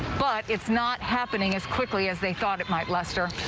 but it's not happening as quickly as they thought it might lester.